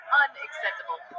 unacceptable